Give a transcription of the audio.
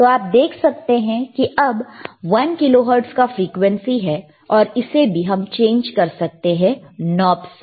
तो आप देख सकते हैं कि अब 1 किलोहर्टज का फ्रीक्वेंसी है और इसे भी हम चेंज कर सकते हैं नॉब से